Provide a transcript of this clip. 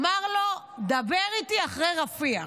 אמר לו: דבר איתי אחרי רפיח.